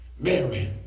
Mary